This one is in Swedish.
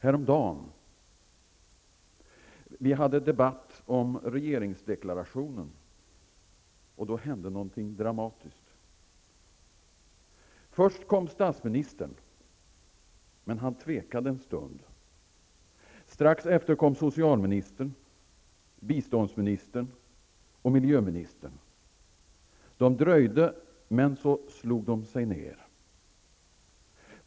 Häromdagen hade vi en debatt om regeringsdeklarationen, och då hände något dramatiskt. Först kom statsministern, men han tvekade en stund. Strax efter kom socialministern, biståndsministern och miljöministern. De dröjde, men så slog de sig ner.